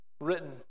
written